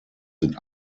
sind